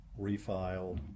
refiled